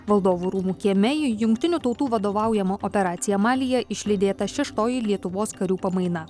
valdovų rūmų kieme į jungtinių tautų vadovaujamą operaciją malyje išlydėta šeštoji lietuvos karių pamaina